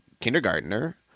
kindergartner